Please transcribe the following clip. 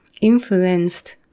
influenced